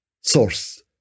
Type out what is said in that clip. source